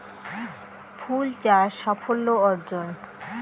ফুল চাষ সাফল্য অর্জন?